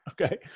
Okay